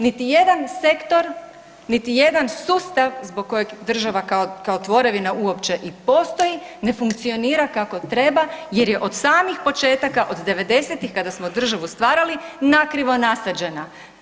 Niti jedan sektor, niti jedan sustav zbog kojeg država kao tvorevina uopće i postoji ne funkcionira kako treba jer je od samih početaka od devedesetih od kada smo državu stvarali na krivo nasađena.